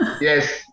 Yes